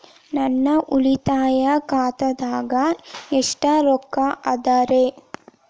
ನನ್ನ ಉಳಿತಾಯ ಖಾತಾದಾಗ ಎಷ್ಟ ರೊಕ್ಕ ಅದ ರೇ?